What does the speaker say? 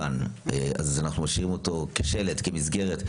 האם אנחנו משאירים את החוק כשלד, כמסגרת?